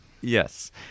yes